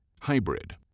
Hybrid